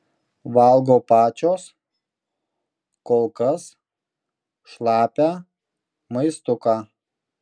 valgo pačios kol kas šlapią maistuką